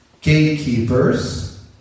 gatekeepers